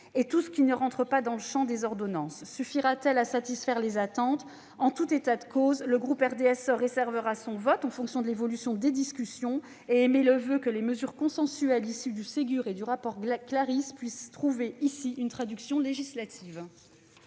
et tout ce qui n'entre pas dans le champ des ordonnances. Suffira-t-elle à satisfaire les attentes ? En tout état de cause, le groupe RDSE réservera son vote en fonction de l'évolution des discussions et il émet le voeu que les mesures consensuelles issues du Ségur et du rapport Claris puissent trouver une traduction législative.